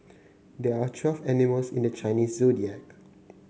there are twelve animals in the Chinese Zodiac